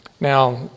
Now